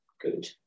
good